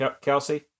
Kelsey